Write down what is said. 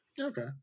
okay